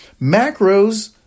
macros